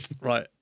right